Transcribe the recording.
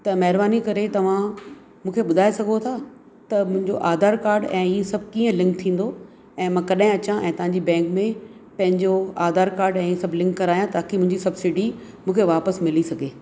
त महिरबानी करे तव्हां मूंखे ॿुधाए सघो था त मुंहिंजो आधार कार्ड ऐं हीउ सभु कीअं लिंक थींदो ऐं मां कॾहिं अचा ऐं तव्हांजी बैंक में पंहिंजो आधार कार्ड ऐं इहे सभु लिंक करायां ताकी मुंहिंजी सब्सिडी मूंखे वापसि मिली सघे